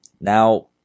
now